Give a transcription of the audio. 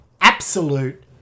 absolute